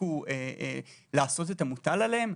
הפסיקו לעשות את המוטל עליהם?